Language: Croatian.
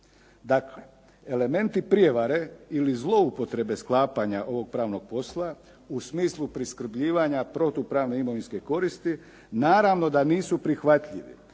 Dakle, elementi prijevare ili zloupotrebe sklapanja ovog pravnog posla u smislu priskrbljivanja protupravne imovinske koristi, naravno da nisu prihvatljivi.